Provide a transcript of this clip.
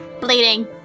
bleeding